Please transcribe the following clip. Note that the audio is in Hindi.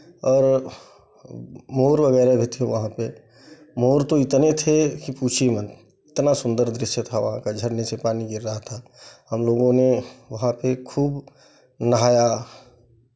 और मोर वगैरह भी थे वहाँ पे मोर तो इतने थे की पूछिए मत इतना सुंदर दृश्य था वहाँ का झरने से पानी गिर रहा था हम लोगों ने वहाँ पे खूब नहाया